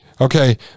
Okay